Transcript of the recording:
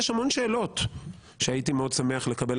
יש המון שאלות שהייתי שמח מאוד לקבל